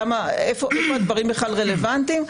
איפה הדברים בכלל רלוונטיים.